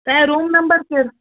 तव्हांजो room number कहिड़ो